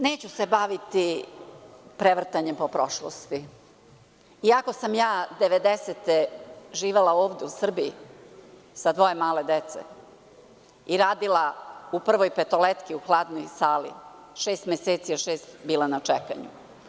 Neću se baviti prevrtanjem po prošlosti, iako sam ja 90-te živela ovde u Srbiji, sa dvoje male dece, i radila u „Prvoj petoljetki“ u hladnoj sali šest meseci, a šest bila na čekanju.